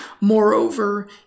Moreover